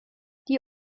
die